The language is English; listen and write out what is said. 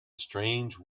strange